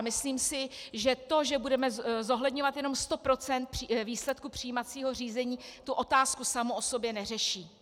Myslím si, že to, že budeme zohledňovat jenom 100 % výsledku přijímacího řízení, tu otázku samu o sobě neřeší.